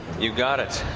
you got it.